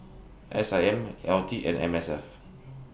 S I M LT and M S F